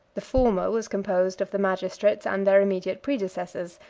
the former was composed of the magistrates and their immediate predecessors,